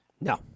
No